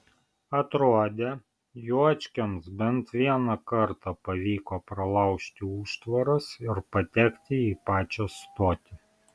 atrodė juočkiams bent vieną kartą pavyko pralaužti užtvaras ir patekti į pačią stotį